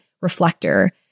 reflector